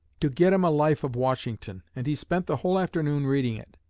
to get him a life of washington, and he spent the whole afternoon reading it.